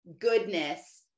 goodness